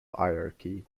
hierarchy